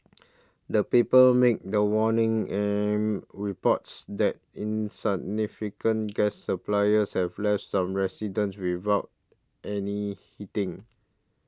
the paper made the warning and reports that insignificant gas supplies have left some residents without any heating